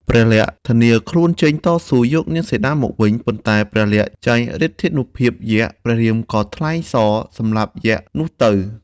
ព្រះលក្សណ៍ធានាខ្លួនចេញតស៊ូយកនាងសីតាមកវិញ ប៉ុន្តែព្រះលក្សណ៍ចាញ់ឫទ្ធានុភាយក្ស ព្រះរាមក៏ថ្លែងស សម្លាប់យក្សនោះទៅ។